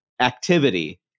activity